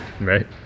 Right